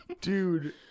Dude